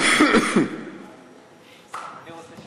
אדוני היושב-ראש,